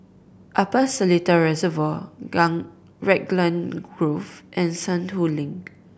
Upper Seletar Reservoir Raglan Grove and Sentul Link